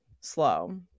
slow